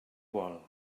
vol